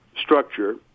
structure